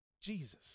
Jesus